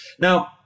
Now